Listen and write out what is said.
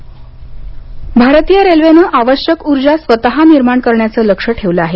railway सौरऊर्जा भारतीय रेल्वेनं आवश्यक ऊर्जा स्वत निर्माण करण्याचं लक्ष्य ठेवलं आहे